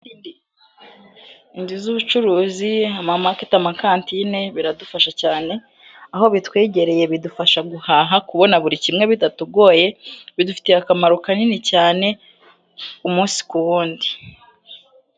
Inzu z'ubucuruzi amamaketi amakantine biradufasha cyane, aho bitwegereye bidufasha guhaha, kubona buri kimwe bitatugoye bidufitiye akamaro kanini cyane umunsi ku wundi.